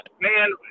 man